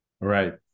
Right